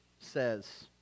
says